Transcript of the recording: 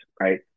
right